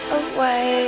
away